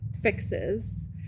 fixes